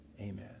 amen